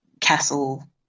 castle